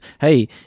hey